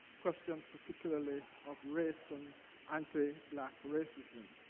questions particularly of race and anti-black racism.